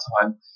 time